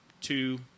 Two